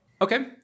Okay